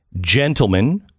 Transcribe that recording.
Gentlemen